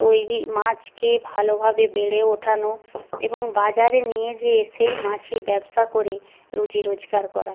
তৈরি মাছকে ভালোভাবে বেড়ে ওঠানো এবং বাজারে নিয়ে যেয়ে সেই মাছই ব্যবসা করে রুজি রোজগার করা